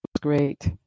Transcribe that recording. great